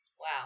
Wow